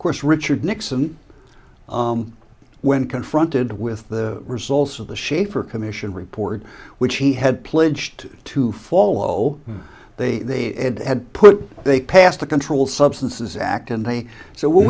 of course richard nixon when confronted with the results of the schaefer commission report which he had pledged to follow they had put they passed the controlled substances act and they so w